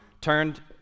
turned